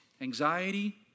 Anxiety